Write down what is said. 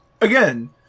again